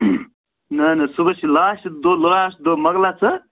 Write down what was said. نہ نہ صُبحس چھِ لاسٹ دۄہ لاسٹ دۄہ مۄکلا ژٕ